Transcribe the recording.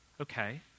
Okay